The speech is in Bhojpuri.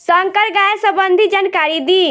संकर गाय सबंधी जानकारी दी?